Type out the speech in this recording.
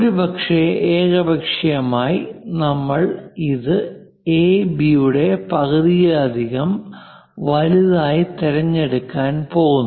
ഒരുപക്ഷേ ഏകപക്ഷീയമായി നമ്മൾ ഇത് എബി യുടെ പകുതിയിലധികം വലുതായി തിരഞ്ഞെടുക്കാൻ പോകുന്നു